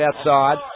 outside